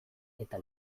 eta